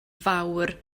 fawr